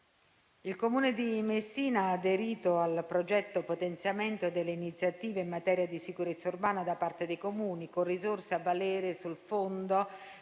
Il Comune di Messina ha aderito al progetto «Potenziamento delle iniziative in materia di sicurezza urbana da parte dei Comuni», con risorse a valere sul Fondo